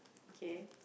okay